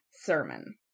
sermon